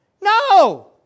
No